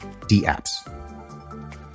dApps